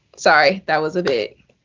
sorry. that was a bit.